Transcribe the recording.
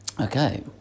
Okay